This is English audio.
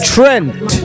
Trent